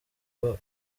abazwe